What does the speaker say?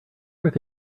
where